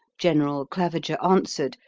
general claviger answered,